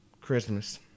Christmas